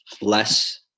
less